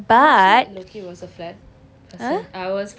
but !huh!